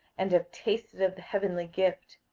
and have tasted of the heavenly gift,